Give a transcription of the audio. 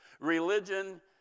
Religion